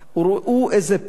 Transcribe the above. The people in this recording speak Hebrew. וראו איזה פלא,